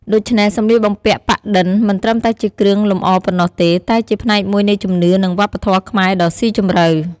ដូច្នេះ សម្លៀកបំពាក់ប៉ាក់-ឌិន មិនត្រឹមតែជាគ្រឿងលម្អប៉ុណ្ណោះទេ តែជាផ្នែកមួយនៃជំនឿ និងវប្បធម៌ខ្មែរដ៏ស៊ីជម្រៅ។